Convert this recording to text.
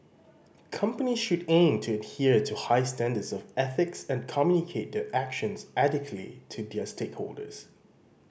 companies should aim to adhere to high standards of ethics and communicate their actions adequately to their stakeholders